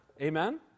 Amen